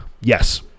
yes